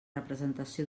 representació